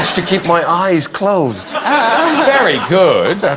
to keep my eyes closed very good